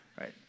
Right